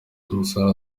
umusore